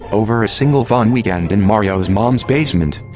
over a single fun weekend in mario's mom's basement.